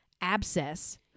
abscess